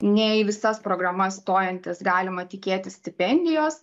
ne į visas programas stojantis galima tikėtis stipendijos